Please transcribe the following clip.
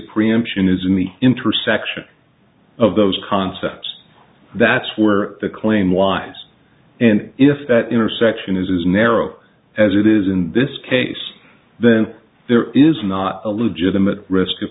preemption is in the intersection of those concepts that's where the claim lies and if that intersection is as narrow as it is in this case then there is not a legitimate r